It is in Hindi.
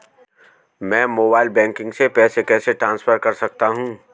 मैं मोबाइल बैंकिंग से पैसे कैसे ट्रांसफर कर सकता हूं?